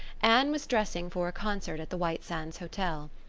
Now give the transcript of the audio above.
anne was dressing for a concert at the white sands hotel.